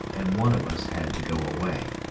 and one of us had to go away.